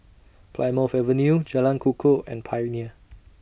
Plymouth Avenue Jalan Kukoh and Pioneer